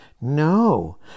No